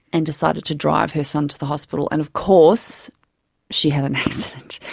and decided to drive her son to the hospital. and of course she had an accident,